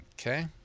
Okay